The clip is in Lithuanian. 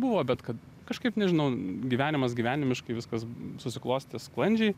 buvo bet kad kažkaip nežinau gyvenimas gyvenimiškai viskas susiklostė sklandžiai